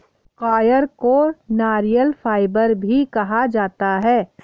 coir को नारियल fibre भी कहा जाता है